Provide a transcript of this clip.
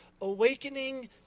awakening